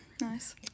nice